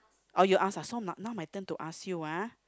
or you ask ah so now now my turn to ask you ah